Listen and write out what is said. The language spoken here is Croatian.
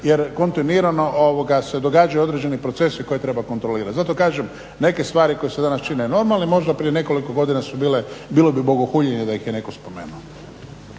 jer kontinuirano se događaju određeni procesi koje treba kontrolirati. Zato kažem neke stvari koje se danas čine normalnim, možda prije nekoliko godina su bile, bilo bi bogohuljenje da ih je netko spomenuo.